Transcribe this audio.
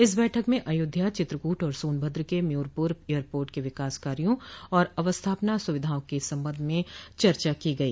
इस बैठक में अयोध्या चित्रकूट और सोनभद्र के म्योरपुर एयरपोर्ट के विकास कार्यो और अवस्थापना सुविधाओं के संबंध में चर्चा की गई